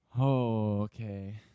Okay